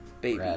baby